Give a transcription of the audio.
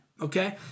Okay